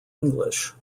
english